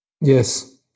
Yes